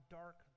dark